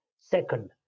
Second